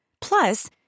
Plus